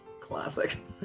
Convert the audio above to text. classic